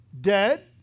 dead